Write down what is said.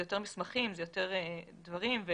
יותר מסמכים ויותר דברים,